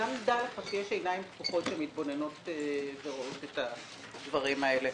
דע לך שיש עיניים פקוחות שמתבוננות ורואות את הדברים האלה.